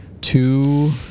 Two